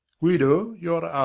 guido, your